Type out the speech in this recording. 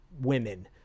women